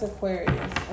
Aquarius